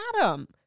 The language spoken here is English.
Adam